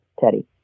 Teddy